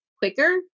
quicker